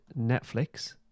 Netflix